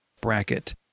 bracket